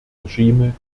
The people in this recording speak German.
regime